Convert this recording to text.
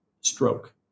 stroke